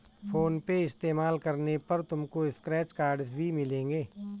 phone पे इस्तेमाल करने पर तुमको स्क्रैच कार्ड्स भी मिलेंगे